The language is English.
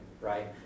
right